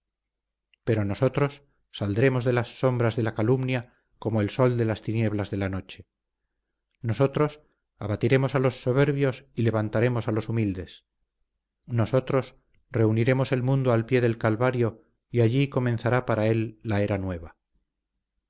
pero nosotros saldremos de las sombras de la calumnia como el sol de las tinieblas de la noche nosotros abatiremos a los soberbios y levantaremos a los humildes nosotros reuniremos el mundo al pie del calvario y allí comenzará para él la era nueva